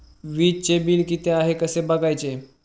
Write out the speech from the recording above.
वीजचे बिल किती आहे कसे बघायचे?